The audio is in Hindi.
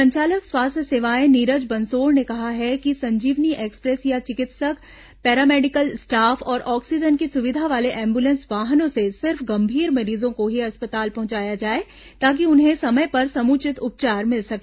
संचालक स्वास्थ्य सेवाएं नीरज बंसोड़ ने कहा है कि संजीवनी एक्सप्रेस या चिकित्सक पैरामेडिकल स्टॉफ और ऑक्सीजन की सुविधा वाले एम्बुलेंस वाहनों से सिर्फ गंभीर मरीजों को ही अस्पताल पहुंचाया जाए ताकि उन्हें समय पर समुचित उपचार मिल सके